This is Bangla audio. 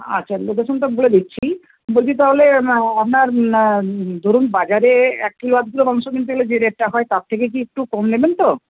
আচ্ছা লোকেশানটা বলে দিচ্ছি বলছি তাহলে আপনার না ধরুন বাজারে এক কিলো আদ কিলো মাংস কিনতে গেলে যে রেটটা হয় তার থেকে কি একটু কম নেবেন তো